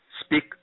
speak